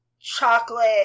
chocolate